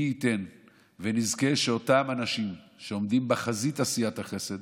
מי ייתן ונזכה שאותם אנשים שעומדים בחזית עשיית החסד,